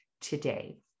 today